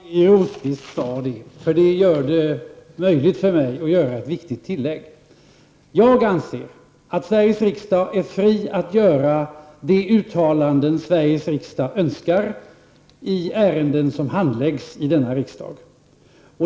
Fru talman! Det var bra att Birger Rosqvist sade detta, eftersom det gör det möjligt för mig att göra ett viktigt tillägg. Jag anser att Sveriges riksdag är fri att göra de uttalanden som Sveriges riksdag önskar i ärenden som handläggs i denna riksdag.